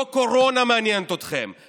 לא קורונה מעניינת אתכם,